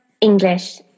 English